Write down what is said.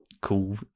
cool